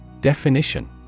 Definition